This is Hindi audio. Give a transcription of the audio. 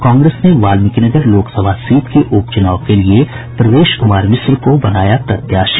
कांग्रेस ने वाल्मिकीनगर लोकसभा सीट के उपचुनाव के लिए प्रवेश कुमार मिश्र को बनाया प्रत्याशी